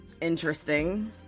interesting